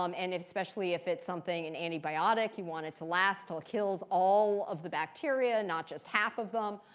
um and especially if it's something, an antibiotic, you want it to last till it kills all of the bacteria, not just half of them.